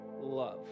love